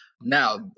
Now